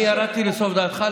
אני ירדתי לסוף דעתך,